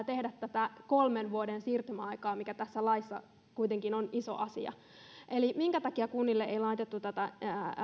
tehdä tätä kolmen vuoden siirtymäaikaa mikä tässä laissa kuitenkin on iso asia eli minkä takia kunnille ei laitettu tätä